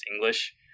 English